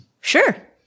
Sure